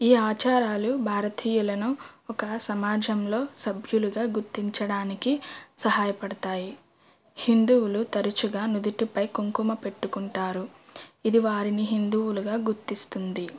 ఈ ఆచారాలు భారతీయులను ఒక సమాజంలో సభ్యులుగా గుర్తించడానికి సహాయపడుతాయి హిందువులు తరచుగా నుదుటిపై కుంకుమ పెట్టుకుంటారు ఇది వారిని హిందువులుగా గుర్తిస్తుంది